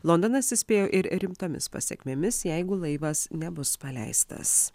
londonas įspėjo ir rimtomis pasekmėmis jeigu laivas nebus paleistas